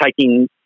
taking